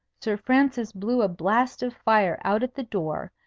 sir francis blew a blast of fire out at the door,